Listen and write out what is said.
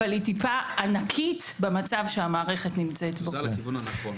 אבל היא טיפה ענקית במצב בו נמצאת המערכת.